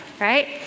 right